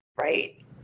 right